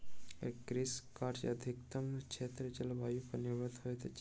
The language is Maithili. कृषि कार्य अधिकतम क्षेत्रक जलवायु पर निर्भर होइत अछि